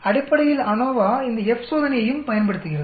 அடிப்படையில் அநோவா இந்த எஃப் சோதனையையும் பயன்படுத்துகிறது